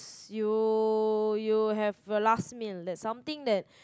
you you have a last meal that something that